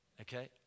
okay